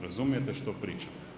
Razumijete što pričam.